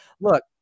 look